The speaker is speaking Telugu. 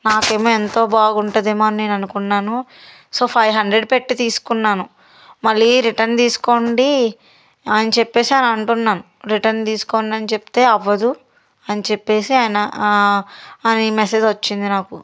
నాకేమో ఎంతో బాగుంటదేమో అని నేననుకున్నాను సో ఫైవ్ హండ్రెడ్ పెట్టి తీసుకున్నాను మళ్ళీ రిటర్న్ తీసుకోండి అని చెప్పేసి అంటున్నాను రిటర్న్ తీసుకోండని చెప్తే అవ్వదు అని చెప్పేసి ఆయన అని మెసేజ్ వచ్చింది నాకు